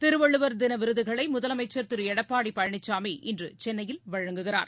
திருவள்ளுவர் தின விருதுகளை முதலமைச்சர் திரு எடப்பாடி பழனிசாமி இன்று சென்னையில் வழங்குகிறார்